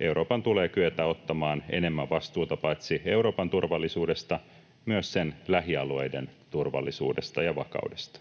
Euroopan tulee kyetä ottamaan enemmän vastuuta paitsi Euroopan turvallisuudesta myös sen lähialueiden turvallisuudesta ja vakaudesta.